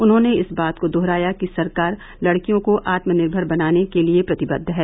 उन्होंने इस बात को दोहराया कि सरकार लडकियों को आत्मनिर्भर बनाने के लिए प्रतिबद्ध है